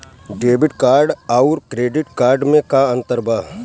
Debit card आउर credit card मे का अंतर बा?